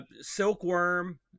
Silkworm